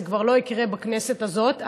זה כבר לא יקרה בכנסת הזאת.